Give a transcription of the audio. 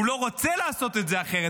הוא לא רוצה לעשות את זה אחרת.